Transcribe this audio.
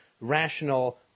rational